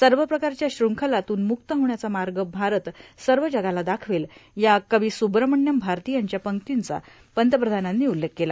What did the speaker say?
सव प्रकारच्या श्रंखलातून मुक्त होण्याचा माग भारत सव जगाला दाखवेल या कवी सुब्रमण्यम भारती यांच्या पंकतीचा पंतप्रधानांनी उल्लेख केला